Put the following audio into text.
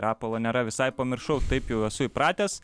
rapolo nėra visai pamiršau taip jau esu įpratęs